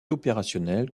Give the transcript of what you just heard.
opérationnel